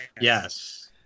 Yes